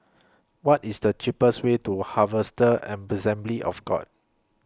What IS The cheapest Way to Harvester Assembly of God